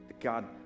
God